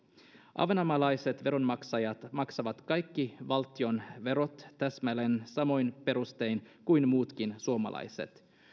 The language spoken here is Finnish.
ahvenanmaalaiset veronmaksajat maksavat kaikki valtion verot täsmälleen samoin perustein kuin muutkin suomalaiset